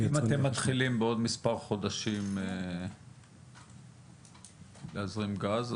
אם אתם מתחילים בעוד מספר חודשים להזרים גז,